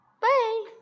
Bye